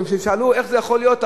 וכשהם שאלו: איך זה יכול להיות,